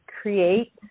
create